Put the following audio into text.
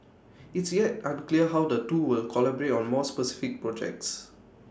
it's yet unclear how the two will collaborate on more specific projects